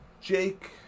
Jake